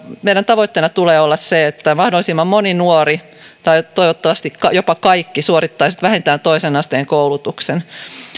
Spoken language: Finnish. meidän tavoitteenamme tulee olla se että mahdollisimman moni nuori tai toivottavasti jopa kaikki suorittaisivat vähintään toisen asteen koulutuksen